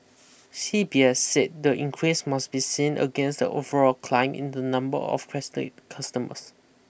C B S said the increase must be seen against the overall climb in the number of customers